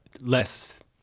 less